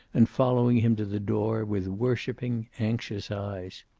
and following him to the door with worshiping, anxious eyes.